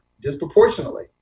disproportionately